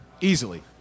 Easily